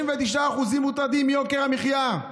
39% מוטרדים מיוקר המחיה,